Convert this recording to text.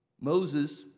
Moses